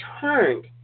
turned